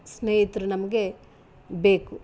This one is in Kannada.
ಸ್ನೇಹಿತ್ರು ನಮಗೆ ಬೇಕು